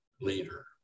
leader